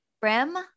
Brim